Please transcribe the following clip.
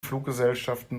fluggesellschaften